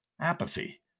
apathy